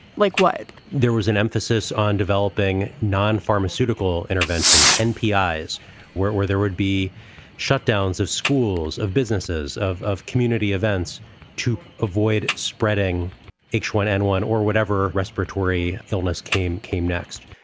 like what? there was an emphasis on developing non-pharmaceutical interventions. npi is where where there would be shutdowns of schools, of businesses, of of community events to avoid spreading h one n one or whatever respiratory illness came came next.